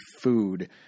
food